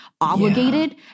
obligated